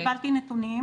קיבלתי נתונים.